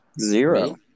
zero